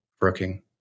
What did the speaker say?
working